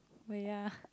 wait ah